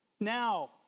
Now